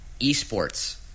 eSports